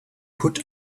put